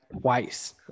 twice